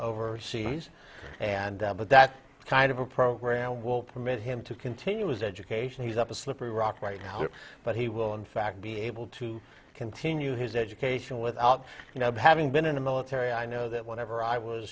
overseas and that's kind of a program will permit him to continue his education he's up to slippery rock right now but he will in fact be able to continue his education without having been in the military i know that whenever i was